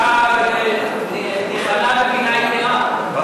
אישה ניחנה בבינה יתרה.